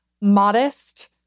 modest